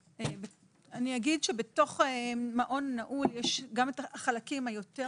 אני אגיד שבתוך מעול נעול יש גם את החלקים היותר